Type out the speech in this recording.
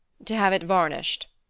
to have it varnished.